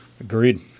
Agreed